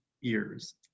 years